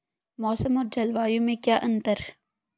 मौसम और जलवायु में क्या अंतर?